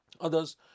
Others